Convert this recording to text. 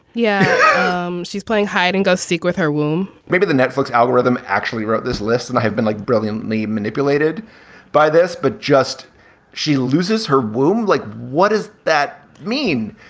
yeah um she's playing hide and go seek with her womb maybe the netflix algorithm actually wrote this list and i have been like brilliantly manipulated by this. but just she loses her womb like what does that mean?